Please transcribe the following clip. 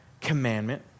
commandment